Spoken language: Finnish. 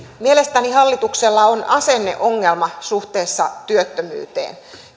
mielestäni hallituksella on asenneongelma suhteessa työttömyyteen